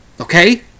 okay